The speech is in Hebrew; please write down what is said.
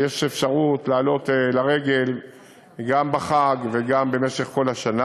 ויש אפשרות לעלות לרגל גם בחג וגם במשך כל השנה,